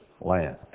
land